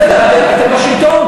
בסדר, אתם בשלטון.